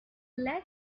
lead